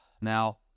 now